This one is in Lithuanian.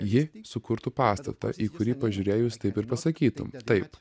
ji sukurtų pastatą į kurį pažiūrėjus taip ir pasakytum taip